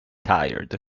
tired